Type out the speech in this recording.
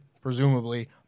presumably